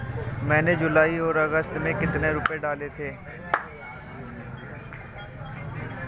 मैंने जुलाई और अगस्त में कितने रुपये डाले थे?